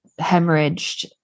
hemorrhaged